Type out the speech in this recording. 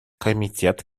комитет